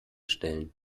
stellen